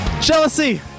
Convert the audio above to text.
Jealousy